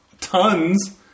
tons